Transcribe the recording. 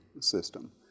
system